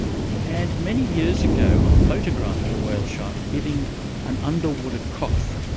and many years ago i photographed a whale shark giving an underwater cough.